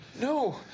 No